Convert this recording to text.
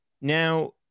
Now